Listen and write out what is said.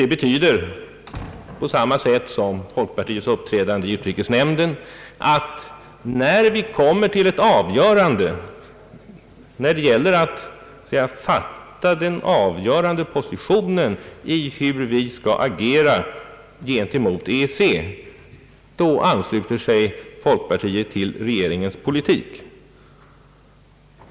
Det betyder — på samma sätt som folkpartiets uppträdande i utrikesnämnden — att när vi kommer till ett avgörande, när det gäller att fatta den avgörande positionen i fråga om hur vi skall agera gentemot EEC, då ansluter sig folkpartiet till regeringens politik.